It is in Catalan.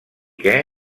que